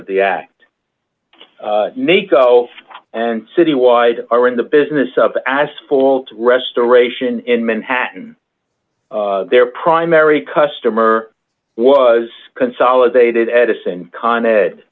of the act may go and citywide are in the business of asphalt restoration in manhattan their primary customer was consolidated edison con ed